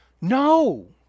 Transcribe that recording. No